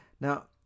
now